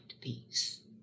peace